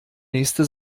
nächste